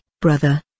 brother